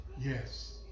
Yes